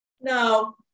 No